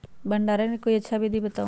भंडारण के कोई अच्छा विधि बताउ?